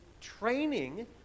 training